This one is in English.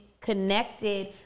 connected